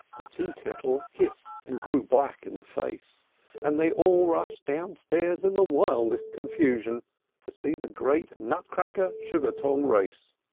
the tea-kettle hissed, and grew black in the face and they all rushed downstairs in the wildest confusion to see the great nutcracker-sugar-tong race.